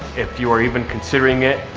if you are even considering it,